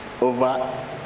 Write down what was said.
over